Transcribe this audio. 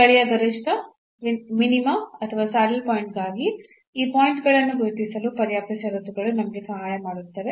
ಸ್ಥಳೀಯ ಗರಿಷ್ಠ ಮಿನಿಮಾ ಅಥವಾ ಸ್ಯಾಡಲ್ ಪಾಯಿಂಟ್ಗಾಗಿ ಈ ಪಾಯಿಂಟ್ ಗಳನ್ನು ಗುರುತಿಸಲು ಪರ್ಯಾಪ್ತ ಷರತ್ತುಗಳು ನಮಗೆ ಸಹಾಯ ಮಾಡುತ್ತವೆ